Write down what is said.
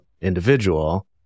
individual